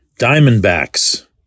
Diamondbacks